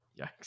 yikes